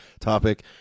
topic